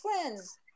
friends